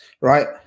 Right